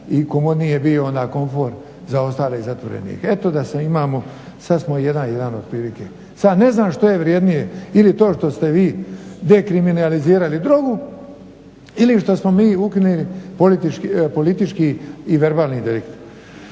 i komotniji je bio onda komfor za ostale zatvorenike. Eto da se imamo sad smo 1:1 otprilike. Sad ne znam što je vrjednije ili to što ste vi dekriminalizirali drogu ili što smo mi ukinuli politički i verbalni delikt.